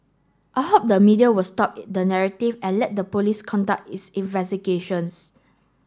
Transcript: I hope the media will stop the narrative and let the police conduct its investigations